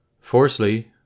Firstly